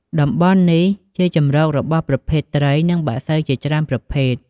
តំបន់នេះជាជម្រករបស់ប្រភេទត្រី និងបក្សីជាច្រើនប្រភេទ។